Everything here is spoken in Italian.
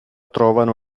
trovano